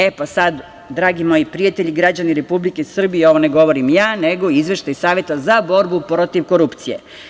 E, pa sad, dragi moji prijatelji, građani Republike Srbije ovo ne govorim ja nego Izveštaj Saveta za borbu protiv korupcije.